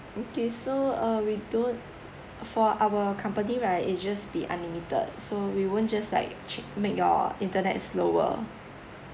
okay so err we don't for our company right it'll just be unlimited so we won't just like chang~ make your internet slower